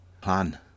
Plan